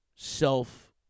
Self